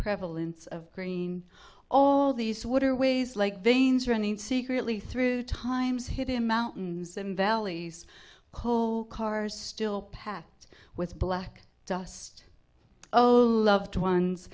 prevalence of green all these waterways like veins running secretly through times hidden mountains and valleys coal cars still packed with black dust oh loved ones